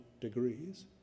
degrees